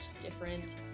different